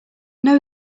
know